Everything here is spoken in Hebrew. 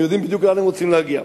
הם יודעים בדיוק לאן הם רוצים להגיע.